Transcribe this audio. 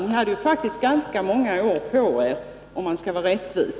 Ni hade faktiskt ganska många år på er, om man skall vara rättvis.